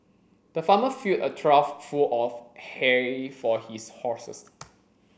the farmer filled a trough full of hay for his horses